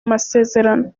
amasezerano